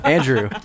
Andrew